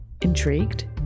Intrigued